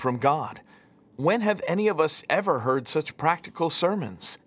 from god when have any of us ever heard such practical sermons